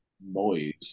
boys